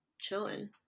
chilling